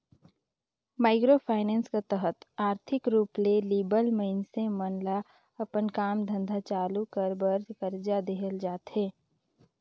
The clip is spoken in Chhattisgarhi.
माइक्रो फाइनेंस कर तहत आरथिक रूप ले लिबल मइनसे मन ल अपन काम धंधा चालू कर बर करजा देहल जाथे